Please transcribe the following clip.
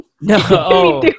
No